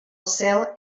cel